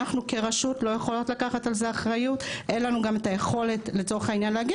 אנחנו כרשות לא יכולות לקחת על זה אחריות ואין לנו גם היכולת להגיד.